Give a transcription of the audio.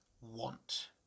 want